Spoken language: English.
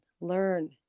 learn